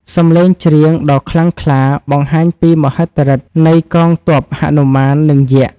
សំឡេងច្រៀងដ៏ខ្លាំងក្លា បង្ហាញពីមហិទ្ធិឫទ្ធិនៃកងទ័ពហនុមាន និងយក្ស។